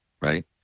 right